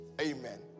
Amen